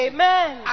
Amen